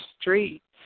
streets